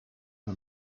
her